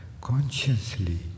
consciously